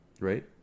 Right